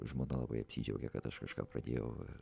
žmona labai apsidžiaugė kad aš kažką pradėjau